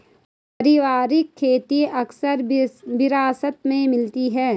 पारिवारिक खेती अक्सर विरासत में मिलती है